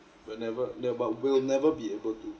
whenever there'll but will never be able to